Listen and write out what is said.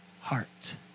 heart